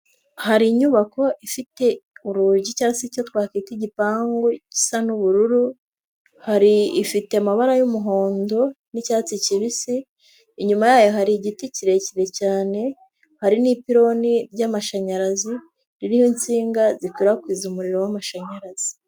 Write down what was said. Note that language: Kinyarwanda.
Hari inyubako ifite urugi cyangwa se cyo twakwika igipangu gisa n'ubururu, hari ifite amabara y'umuhondo n'icyatsi kibisi, inyuma yayo hari igiti kirekire cyane, hari n'ipironi ry'amashanyarazi ririho insinga zikwirakwiza umuriro w'amashanyarazi.